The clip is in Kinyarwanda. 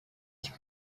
cy’i